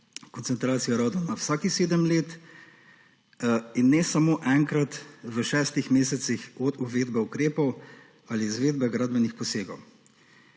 koncentracije radona vsakih sedem let in ne samo enkrat v šestih mesecih od uvedbe ukrepov ali izvedbe gradbenih posegov.